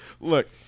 Look